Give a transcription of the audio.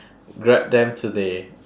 grab them today